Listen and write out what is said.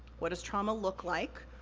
what does trauma look like?